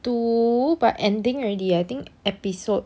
two but ending already I think episode